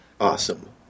Awesome